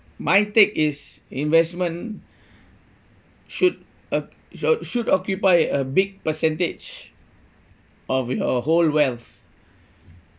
my take is investment should oc~ uh should occupy a big percentage of your whole wealth